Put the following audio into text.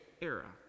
era